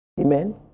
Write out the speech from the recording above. Amen